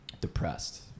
depressed